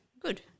good